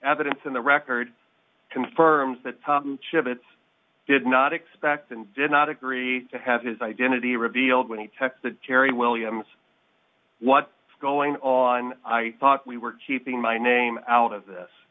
evidence in the record confirms that chip it did not expect and did not agree to have his identity revealed when he took the jerry williams what's going on i thought we were keeping my name out of this